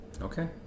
Okay